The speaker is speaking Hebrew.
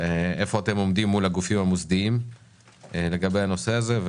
איפה אתם עומדים מול הגופים המוסדיים לגבי הנושא הזה.